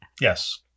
Yes